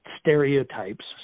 stereotypes